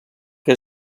que